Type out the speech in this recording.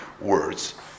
words